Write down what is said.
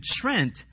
Trent